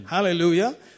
Hallelujah